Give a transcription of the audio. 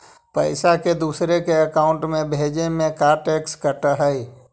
पैसा के दूसरे के अकाउंट में भेजें में का टैक्स कट है?